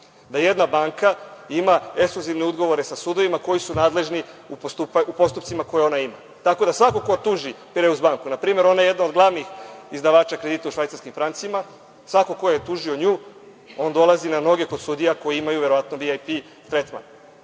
da jedna banka ima ekskluzivne ugovore sa sudovima, koji su nadležni u postupcima koje ona ima. Tako da, svako ko tuži „Pireus banku“, na primer ona je jedna od glavnih izdavača kredita u švajcarskim francima, svako ko je tužio nju, on dolazi na noge kod sudija koji imaju verovatno VIP tretman. Idemo